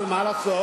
אבל מה לעשות?